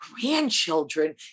grandchildren